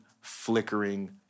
flickering